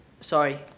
sorry